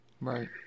Right